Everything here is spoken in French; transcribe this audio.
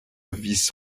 vice